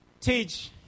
teach